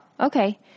okay